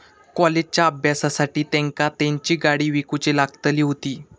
कॉलेजच्या अभ्यासासाठी तेंका तेंची गाडी विकूची लागली हुती